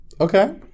Okay